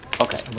Okay